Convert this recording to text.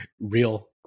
real